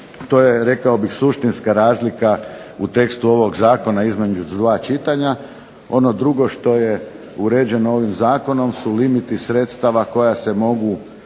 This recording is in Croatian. što je, rekao bih suštinska razlika u tekstu ovog Zakona između dva čitanja, ono drugo što je uređeno ovim Zakonom su limiti sredstava koja se mogu